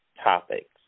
topics